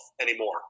anymore